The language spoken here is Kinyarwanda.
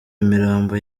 imirambo